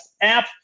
app